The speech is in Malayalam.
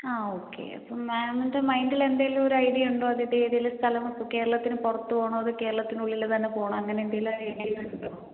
ആ ഓക്കെ അപ്പം മാമിൻ്റെ മൈൻ്റിലെന്തെങ്കിലും ഒരു ഐഡിയ ഉണ്ടോ അതിൻ്റെ ഏതെങ്കിലും സ്ഥലം ആപ്പോൾ കേരളത്തിന് പുറത്ത് പോകണോ അതോ കേരളത്തിന് ഉള്ളിൽ തന്നെ പോകണോ അങ്ങനെ എന്തെങ്കിലും ഐഡിയ ഉണ്ടോ